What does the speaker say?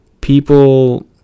people